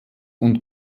und